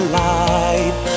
light